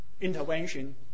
intervention